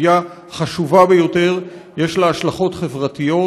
סוגיה חשובה ביותר, יש לה השלכות חברתיות,